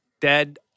dead